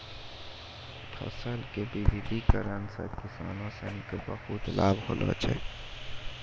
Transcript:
फसल के विविधिकरण सॅ किसानों सिनि क बहुत लाभ होलो छै